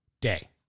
day